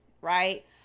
right